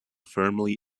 firmly